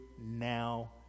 now